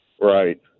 Right